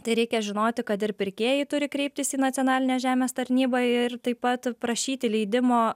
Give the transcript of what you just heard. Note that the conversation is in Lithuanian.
tai reikia žinoti kad ir pirkėjai turi kreiptis į nacionalinę žemės tarnybą ir taip pat prašyti leidimo